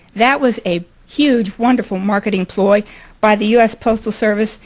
that was a huge wonderful marketing ploy by the u s. postal service,